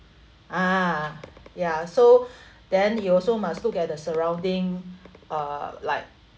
ah ya so then you also must look at the surrounding uh like